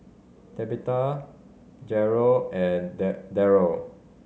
Tabetha Jarret and Derald